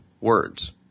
words